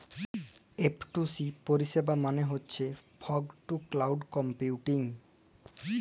F two C পরিষেবা মালে হছ ফগ টু ক্লাউড কম্পিউটিং